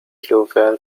lovell